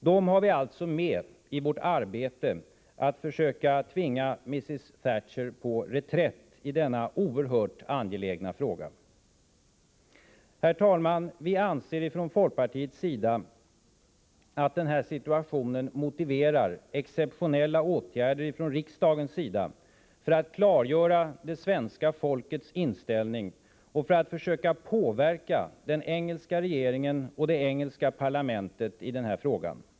Dem har vi alltså med oss i vårt arbete med att försöka tvinga Mrs Thatcher på reträtt i denna oerhört angelägna fråga. Herr talman! Vi anser från folkpartiets sida att den här situationen motiverar exceptionella åtgärder från riksdagens sida för att klargöra det svenska folkets inställning och för att försöka påverka den engelska regeringen och det engelska parlamentet i denna fråga.